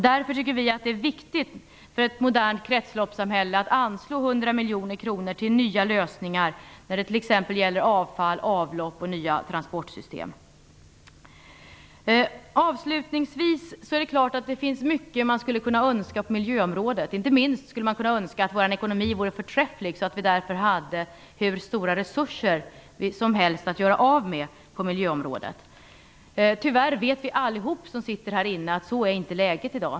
Därför tycker vi att det är viktigt för ett modernt kretsloppssamhälle att hundra miljoner kronor anslås till nya lösningar när det t.ex. gäller avfall, avlopp och nya transportsystem. Avslutningsvis är det klart att det är mycket man skulle kunna önska på miljöområdet. Inte minst skulle man kunna önska att vår ekonomi vore förträfflig, så att vi hade hur stora resurser som helst att göra av med på miljöområdet. Tyvärr vet vi alla här i kammaren att så är inte läget i dag.